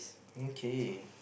okay